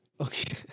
Okay